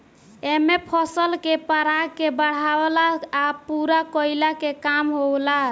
एमे फसल के पराग के बढ़ावला आ पूरा कईला के काम होला